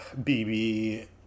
BB